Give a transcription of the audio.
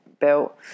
built